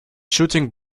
shooting